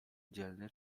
dzielny